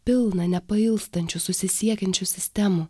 pilną nepailstančių susisiekiančių sistemų